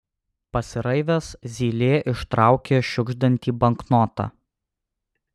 pasiraivęs zylė ištraukė šiugždantį banknotą